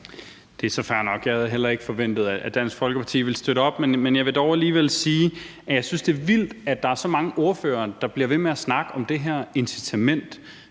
Det er så fair nok. Jeg havde heller ikke forventet, at Dansk Folkeparti ville støtte op, men jeg vil dog alligevel sige, at jeg synes, det er vildt, at der er så mange ordførere, der bliver ved med at snakke om det her incitament